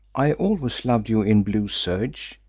i always loved you in blue serge,